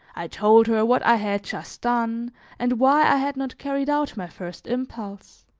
i told her what i had just done and why i had not carried out my first impulse.